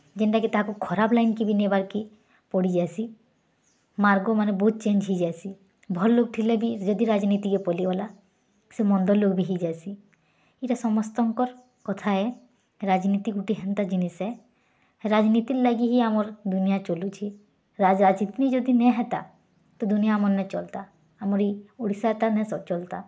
ଯେନ୍ତା କି ତାକୁ ଖରାପ୍ ଲାଇନ୍ କି ନେବାକି ପଡ଼ିଯାଏସିଁ ମାର୍ଗ ମାନେ ବହୁତ୍ ଚେଞ୍ଜ୍ ହୋଇଯାଇସିଁ ଭଲ୍ ଲୋକ୍ ଥିଲେ ବି ଯଦି ରାଜନୀତିରେ ପଲୀ ଗଲା ସେ ମନ୍ଦ ଲୋକ୍ ବି ହୋଇଯାଏସି ଏଇଟା ସମସ୍ତଙ୍କର୍ କଥାଏ ରାଜନୀତି ଗୋଟେ ହେନ୍ତା ଜିନିସେ ରାଜନୀତିର୍ ଲାଗି୍ ହିଁ ଆମର୍ ଦୁନିଆ ଚଲୁଛି ହେନ୍ତା ତ ଦୁନିଆ ଆମର୍ ନାଇଁ ଚଲ୍ତା ଆମରି ଓଡ଼ିଶାଟା ନାଇଁ ଚଲ୍ତା